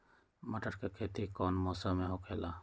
मटर के खेती कौन मौसम में होखेला?